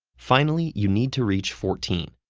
finally, you need to reach fourteen.